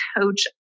Coach